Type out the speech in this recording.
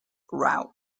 route